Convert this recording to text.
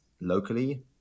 locally